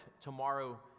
tomorrow